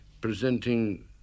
presenting